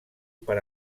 per